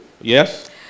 yes